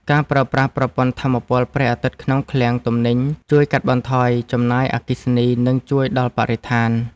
ការប្រើប្រាស់ប្រព័ន្ធថាមពលព្រះអាទិត្យក្នុងឃ្លាំងទំនិញជួយកាត់បន្ថយចំណាយអគ្គិសនីនិងជួយដល់បរិស្ថាន។